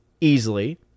easily